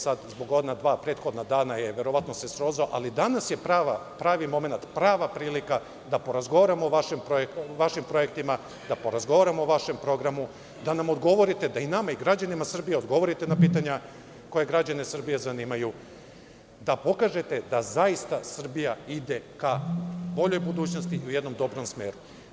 Sada se zbog ona dva prethodna dana verovatno srozao, ali danas je pravi momenat, prava prilika da porazgovaramo o vašim projektima, da porazgovaramo o vašem programu, da nam odgovorite da i nama i građanima Srbije odgovorite na pitanja koja građane Srbije zanimaju, da pokažete da zaista Srbija ide ka boljoj budućnosti i u jednom dobrom smeru.